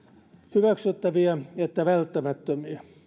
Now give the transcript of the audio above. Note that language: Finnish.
hyväksyttäviä että välttämättömiä